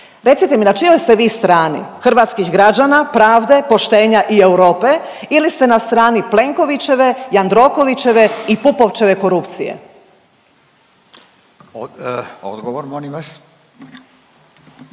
Recite mi na čijoj ste vi strani, hrvatskih građana, pravde, poštenja i Europe ili ste na strani Plenkovićeve, Jandrokovićeve i Pupovčeve korupcije? **Radin, Furio